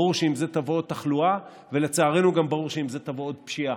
ברור שעם זה תבוא תחלואה ולצערנו גם ברור שעם זה תבוא עוד פשיעה.